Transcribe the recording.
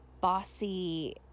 bossy